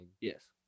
Yes